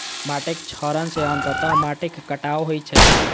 माटिक क्षरण सं अंततः माटिक कटाव होइ छै